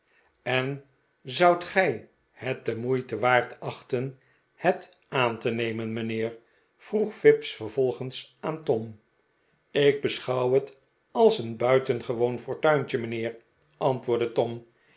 en zoudt gij het de moeite waard achten het aan te nemen mijnheer vroeg fips vervolgens aan tom rt ik beschouw het als een buitengewoon fortuintje mijnheer antwoordde tom